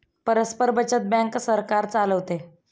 परस्पर बचत बँक सरकार चालवते